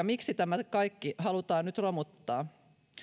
miksi tämä kaikki halutaan nyt romuttaa